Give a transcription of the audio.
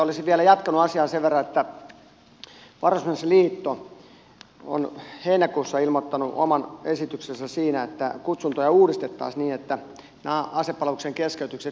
olisin vielä jatkanut asiaa sen verran että varusmiesliitto on heinäkuussa ilmoittanut oman esityksensä siinä että kutsuntoja uudistettaisiin niin että asepalvelun keskeytykset lyhenisivät